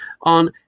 on